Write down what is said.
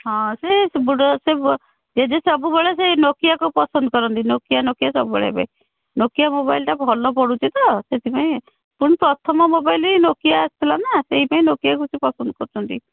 ହଁ ଜେଜେ ସବୁବେଳେ ସେଇ ନୋକିଆକୁ ପସନ୍ଦ କରନ୍ତି ନୋକିଆ ନୋକିଆ ସବୁବେଳେ ହେବେ ନୋକିଆ ମୋବାଇଲଟା ଭଲ ପଡ଼ୁଛି ତ ସେଥିପାଇଁ ପୁଣି ପ୍ରଥମ ମୋବାଇଲ ନୋକିଆ ଆସିଥିଲା ନା ସେଇ ପାଇଁ ନୋକିଆକୁ ସେଇ ପସନ୍ଦ କରୁଛନ୍ତି